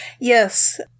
Yes